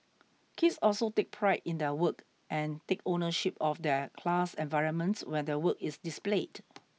kids also take pride in their work and take ownership of their class environment when their work is displayed